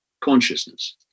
consciousness